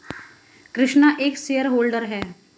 कृष्णा एक shareholder है